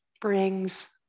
brings